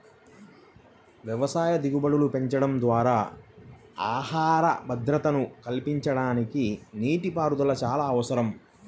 వ్యవసాయ దిగుబడులు పెంచడం ద్వారా ఆహార భద్రతను కల్పించడానికి నీటిపారుదల చాలా అవసరం